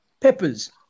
peppers